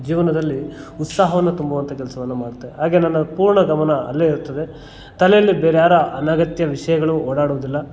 ಜೀವನದಲ್ಲಿ ಉತ್ಸಾಹವನ್ನು ತುಂಬುವಂಥ ಕೆಲ್ಸವನ್ನು ಮಾಡುತ್ತೆ ಹಾಗೆ ನನ್ನ ಪೂರ್ಣ ಗಮನ ಅಲ್ಲೇ ಇರ್ತದೆ ತಲೆಯಲ್ಲಿ ಬೇರ್ಯಾರ ಅನಗತ್ಯ ವಿಷಯಗಳು ಓಡಾಡೋದಿಲ್ಲ